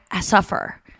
suffer